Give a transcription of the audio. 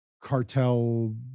cartel